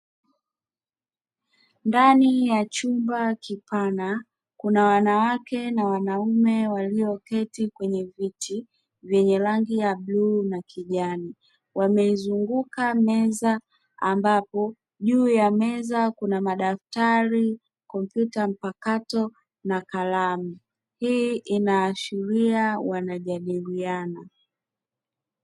Ndani ya chumba kipana kuna wanawake na wanaume walioketi kwenye viti vyenye rangi ya bluu na kijani wameizunguka meza ambapo juu ya meza kuna madaftari, kompyuta mpakato na kalamu hii inaashiria wanajadiliana.